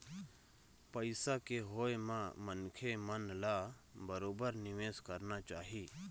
पइसा के होय म मनखे मन ल बरोबर निवेश करना चाही